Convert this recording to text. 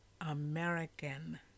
American